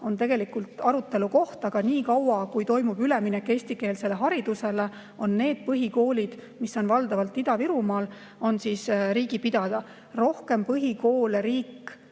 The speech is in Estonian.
on tegelikult arutelu koht, aga niikaua, kui toimub üleminek eestikeelsele haridusele, on need põhikoolid, mis on valdavalt Ida-Virumaal, riigi pidada. Rohkem põhikoole riik